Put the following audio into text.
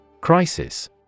Crisis